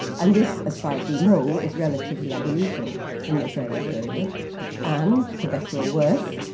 and this, as far as we know is relatively unusual in this early period and for better or worse,